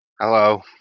Hello